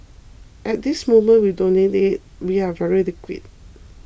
at this moment we don't need it we are very liquid